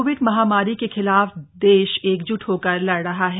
Covid महामारी के खिलाफ देश एकजुट होकर लड़ रहा है